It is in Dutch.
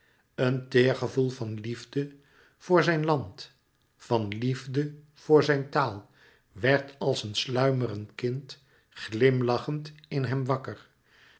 een teêr gevoel van liefde voor zijn land van liefde voor zijn taal werd als een sluimerend kind glimlachend in hem wakker